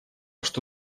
что